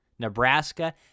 Nebraska